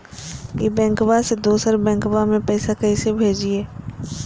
ई बैंकबा से दोसर बैंकबा में पैसा कैसे भेजिए?